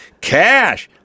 Cash